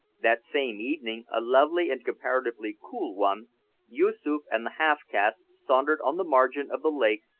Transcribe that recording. that same evening a lovely and comparatively cool one yoosoof and the half-caste sauntered on the margin of the lake,